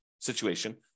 situation